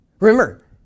Remember